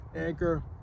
anchor